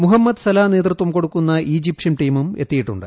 Muhammad Salah നേതൃത്വം കൊടുക്കുന്ന Egyptian ടീമും എത്തിയിട്ടുണ്ട്